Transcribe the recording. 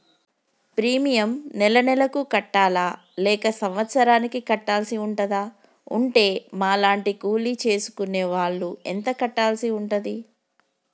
Premium నెల నెలకు కట్టాలా లేక సంవత్సరానికి కట్టాల్సి ఉంటదా? ఉంటే మా లాంటి కూలి చేసుకునే వాళ్లు ఎంత కట్టాల్సి ఉంటది?